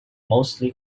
mostly